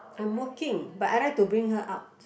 I'm working but I like to bring her out